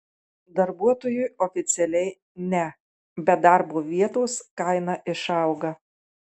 darbuotojui oficialiai ne bet darbo vietos kaina išauga